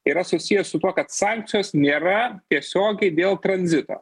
yra susijęs su tuo kad sankcijos nėra tiesiogiai dėl tranzito